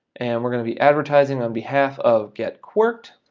and we're gonna be advertising on behalf of get quirked.